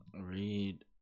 Read